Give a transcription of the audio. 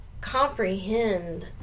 comprehend